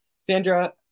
sandra